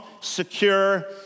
secure